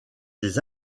des